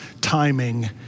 timing